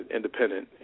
Independent